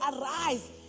arise